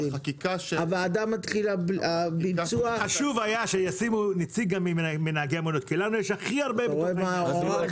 היה חשוב שיציבו נציג מנהגי המוניות כי לנו יש הכי הרבה ניסיון.